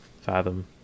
fathom